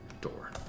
door